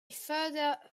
further